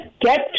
get